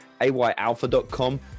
AYAlpha.com